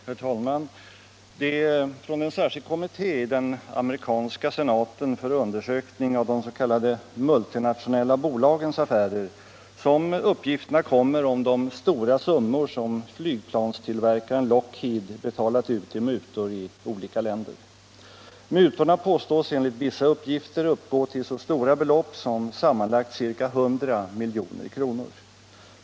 Herr talman! Det är från en särskild kommitté i den amerikanska senaten för undersökning av de s.k. multinationella bolagens affärer som uppgifterna kommer om de stora summor som flygplanstillverkaren Lockheed betalat ut i mutor i olika länder. Mutorna påstås enligt vissa uppgifter uppgå till så stora belopp som sammanlagt ca 100 milj.kr.